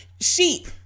sheep